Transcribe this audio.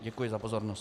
Děkuji za pozornost.